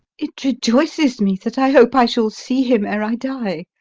it rejoices me that i hope i shall see him ere i die.